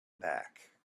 back